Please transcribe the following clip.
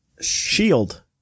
Shield